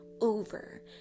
over